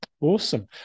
Awesome